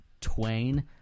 Twain